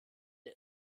der